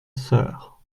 sœur